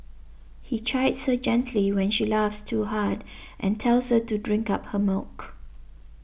he chides her gently when she laughs too hard and tells her to drink up her milk